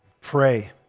pray